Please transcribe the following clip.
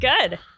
Good